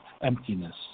emptiness